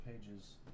pages